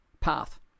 path